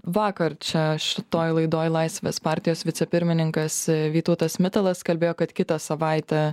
vakar čia šitoj laidoj laisvės partijos vicepirmininkas vytautas mitalas kalbėjo kad kitą savaitę